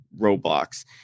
Roblox